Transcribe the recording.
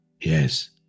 Yes